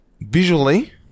Visually